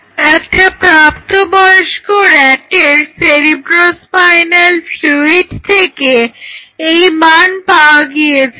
একটা প্রাপ্তবয়স্ক rat এর সেরিব্রোস্পাইনাল ফ্লুইড থেকে এই মান পাওয়া গেছিল